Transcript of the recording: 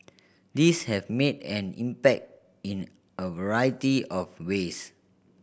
these have made an impact in a variety of ways